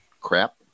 crap